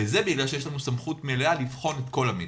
בגלל שיש לנו סמכות מלאה לבחון את כל המידע.